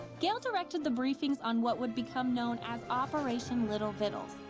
gail directed the briefings on what would become known as operation little vittles.